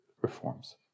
reforms